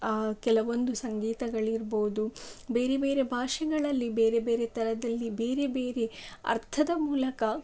ಆ ಕೆಲವೊಂದು ಸಂಗೀತಗಳಿರ್ಬೋದು ಬೇರೆ ಬೇರೆ ಭಾಷೆಗಳಲ್ಲಿ ಬೇರೆ ಬೇರೆ ಥರದಲ್ಲಿ ಬೇರೆ ಬೇರೆ ಅರ್ಥದ ಮೂಲಕ